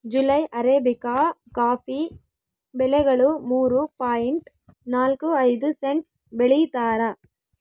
July arabica coffee ಬೆಲೆಗಳು ಮೂರು point ನಾಲ್ಕು ಐದು ಸೆಂಟ್ಸ್ ಬೆಳೀತಾರ